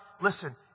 Listen